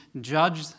judge